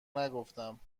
نگفتم